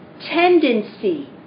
tendency